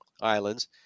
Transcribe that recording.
Islands